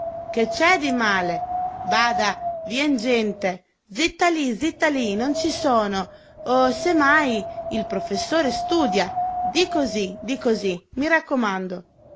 che c'è di male bada vien gente zitta lì zitta lì non ci sono o se mai il professore studia di così di così mi raccomando